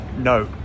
No